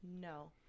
No